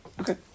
Okay